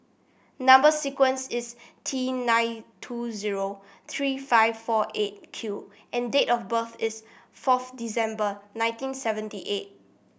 number sequence is T nine two zero three five four Eight Q and date of birth is fourth December nineteen seventy eight